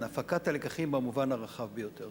הפקת הלקחים במובן הרחב ביותר.